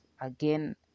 again